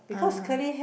(uh huh)